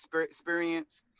experience